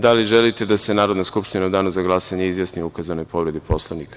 Da li želite da se Narodna skupština u danu za glasanje izjasni o ukazanoj povredi Poslovnika?